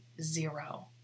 zero